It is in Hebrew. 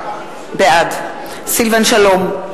בעד סילבן שלום,